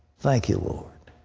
thank you, lord,